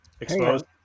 exposed